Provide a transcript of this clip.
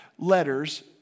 letters